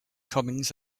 comings